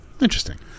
Interesting